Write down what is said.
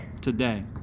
today